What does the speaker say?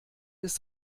ist